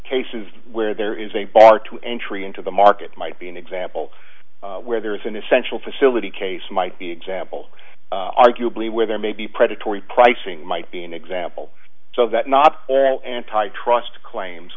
cases where there is a bar to entry into the market might be an example where there is an essential facility case might be example arguably where there may be predatory pricing might be an example so that not all antitrust claims